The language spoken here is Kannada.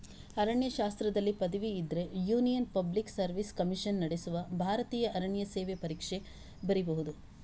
ಅರಣ್ಯಶಾಸ್ತ್ರದಲ್ಲಿ ಪದವಿ ಇದ್ರೆ ಯೂನಿಯನ್ ಪಬ್ಲಿಕ್ ಸರ್ವಿಸ್ ಕಮಿಷನ್ ನಡೆಸುವ ಭಾರತೀಯ ಅರಣ್ಯ ಸೇವೆ ಪರೀಕ್ಷೆ ಬರೀಬಹುದು